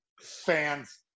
fans